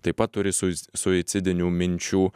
taip pat turi sui suicidinių minčių